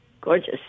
gorgeous